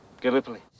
Gallipoli